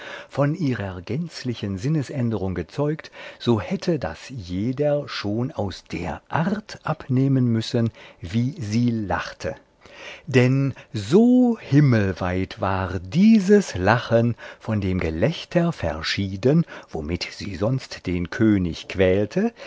von ihrer gänzlichen sinnesänderung gezeugt so hätte das jeder schon aus der art abnehmen müssen wie sie lachte denn so himmelweit war dieses lachen von dem gelächter verschieden womit sie sonst den könig quälte